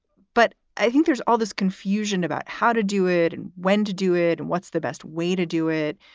but i think there's all this confusion about how to do it and when to do it. what's the best way to do it?